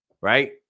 right